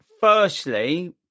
Firstly